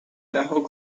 دهها